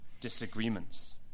Disagreements